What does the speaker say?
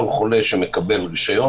כל חולה שמקבל רישיון,